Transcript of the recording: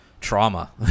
trauma